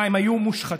מה, הם היו מושחתים?